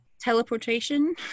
Teleportation